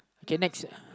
okay next